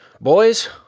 Boys